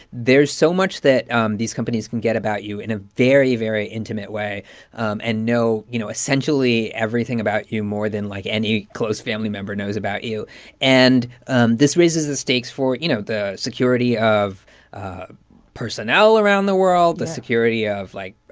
there's so much that um these companies can get about you in a very, very intimate way um and know, you know, essentially, everything about you more than, like, any close family member knows about you and um this raises the stakes for, you know, the security of personnel around the world, the security of, like,